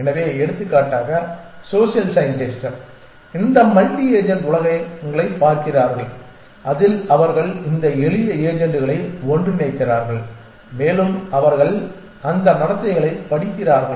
எனவே எடுத்துக்காட்டாக social scientist இந்த மல்டி ஏஜென்ட் உலகங்களைப் பார்க்கிறார்கள் அதில் அவர்கள் இந்த எளிய ஏஜெண்டுகளை ஒன்றிணைக்கிறார்கள் மேலும் அவர்கள் அந்த நடத்தைகளைப் படிக்கிறார்கள்